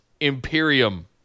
Imperium